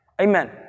Amen